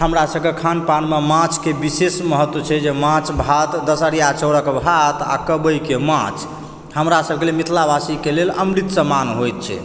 हमरा सबके खान पानमे माछके विशेष महत्व छै जे माछ भात दसहरिया चाउरके भात आ कबई के माछ हमरा सबके लिए मिथिलावासीके लेल अमृत समान होइत छै